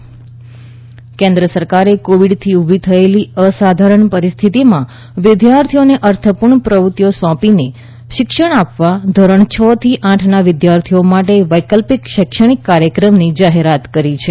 પ્રાથમિક શિક્ષણ કેન્દ્ર સરકારે કોવિડથી ઊભી થયેલી અસાધારણ પરિસ્થિતિમાં વિદ્યાર્થીઓને અર્થપૂર્ણ પ્રવૃત્તિઓ સોંપીને શિક્ષણ આપવા ધોરણ છ થી આઠના વિદ્યાર્થીઓ માટે વૈકલ્પિક શૈક્ષણિક કાર્યક્રમની જાહેરાત કરી છે